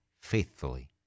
faithfully